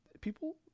people